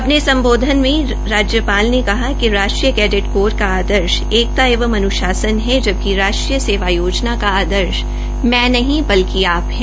अपने सम्बोधन मे राज्यपाल ने कहा कि राष्ट्रीय कैडेट कोर का आदर्श एकता एवं अनुशासन है जबकि राष्ट्रीय सेना योजना का आदर्श मै नहीं बल्कि आप है